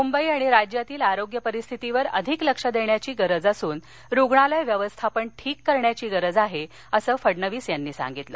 मुंबई आणि राज्यातील आरोग्य परिस्थितीवर अधिक लक्ष देण्याची गरज असून रुग्णालय व्यवस्थापन ठीक करण्याची गरज आहे असं फडणवीस यांनी सांगितलं